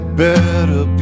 better